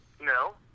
No